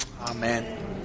amen